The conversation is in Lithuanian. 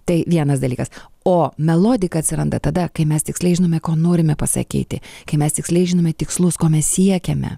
tai vienas dalykas o melodika atsiranda tada kai mes tiksliai žinome ko norime pasakyti kai mes tiksliai žinome tikslus ko mes siekiame